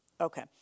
Okay